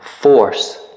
force